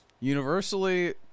Universally